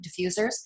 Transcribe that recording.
diffusers